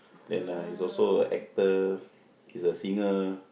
then ah he's also a actor he's a singer